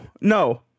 no